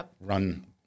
run